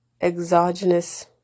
exogenous